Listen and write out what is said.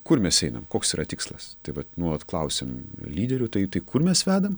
kur mes einam koks yra tikslas tai vat nuolat klausiam lyderių tai tai kur mes vedam